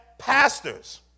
pastors